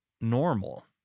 normal